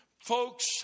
Folks